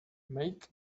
make